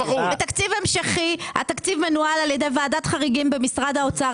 בתקציב המשכי התקציב מנוהל על ידי ועדת חריגים במשרד האוצר.